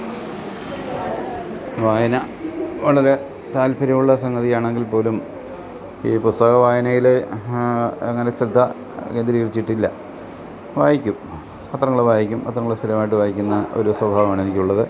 വായന വളരെ താൽപ്പര്യമുള്ള സംഗതിയാണെങ്കിൽപ്പോലും ഈ പുസ്തകവായനയിൽ അങ്ങനെ ശ്രദ്ധ കേന്ദ്രീകരിച്ചിട്ടില്ല വായിക്കും പത്രങ്ങൾ വായിക്കും പത്രങ്ങൾ സ്ഥിരമായിട്ട് വായിക്കുന്ന ഒരു സ്വഭാവമാണെനിക്കുള്ളത്